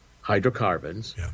hydrocarbons